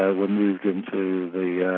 ah were moved into the yeah